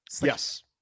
yes